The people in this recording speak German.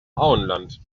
auenland